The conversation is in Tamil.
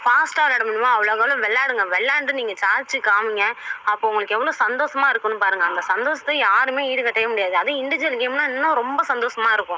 ஃபாஸ்ட்டாக விளாட முடியுமோ அவ்வளோக்கு அவ்வளோ விளாடுங்க விளாண்டு நீங்கள் சாதிச்சு காமிங்க அப்போ உங்களுக்கு எவ்வளோ சந்தோசமாக இருக்குன்னு பாருங்கள் அந்த சந்தோசத்தை யாருமே ஈடுகட்டவே முடியாது அதுவும் இண்டிஜுவல் கேம்னா இன்னும் ரொம்ப சந்தோசமாக இருக்கும்